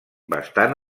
bastant